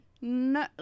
no